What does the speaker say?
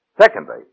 Secondly